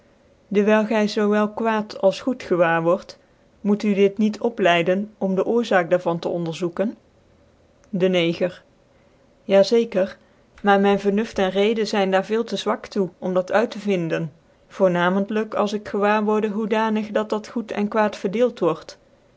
dewyl gy zoo wel kwaad als goed gewaar word moet u dit niet opleiden om de oorzaak daar van te onderzoeken dc neger ja zeker maar myn vernuft en reden zyn daar veel te zwak toe om dat uit te vinden voornamcntlyk als ik gewaar worde hoedanig dat dat goed en kwaad verdeelt word